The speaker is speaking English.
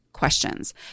questions